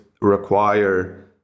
require